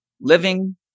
living